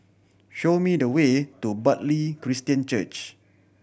show me the way to Bartley Christian Church